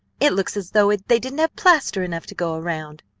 it looks as though they didn't have plaster enough to go around.